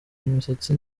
imisatsi